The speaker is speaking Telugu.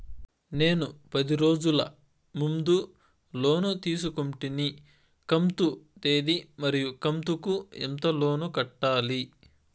నేను పది రోజుల ముందు లోను తీసుకొంటిని కంతు తేది మరియు కంతు కు ఎంత లోను కట్టాలి?